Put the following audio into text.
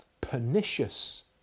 pernicious